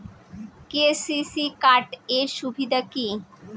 KCC card এর সুবিধা কি?